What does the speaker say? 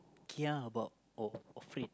kia about oh afraid